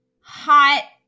hot